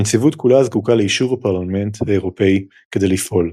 הנציבות כולה זקוקה לאישור הפרלמנט האירופי כדי לפעול,